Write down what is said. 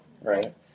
Right